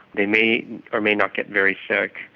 they may or may not get very sick,